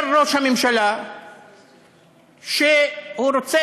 אומר ראש הממשלה שהוא רוצה